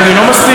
אני לא מסתיר.